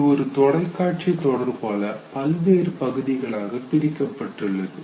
இது ஒரு தொலைக்காட்சி தொடர் போல பல்வேறு பகுதிகளாக பிரிக்கப்பட்டுள்ளது